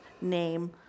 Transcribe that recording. name